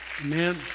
Amen